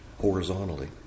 horizontally